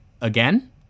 Again